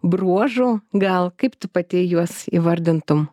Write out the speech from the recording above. bruožų gal kaip tu pati juos įvardintum